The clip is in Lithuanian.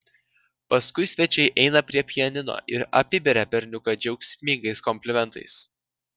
paskui svečiai eina prie pianino ir apiberia berniuką džiaugsmingais komplimentais